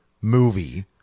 movie